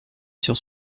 sur